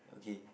okay